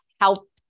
help